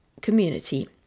Community